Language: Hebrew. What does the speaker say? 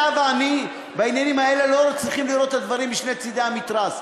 אתה ואני בעניינים האלה לא צריכים לראות את הדברים משני צדי המתרס.